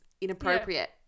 inappropriate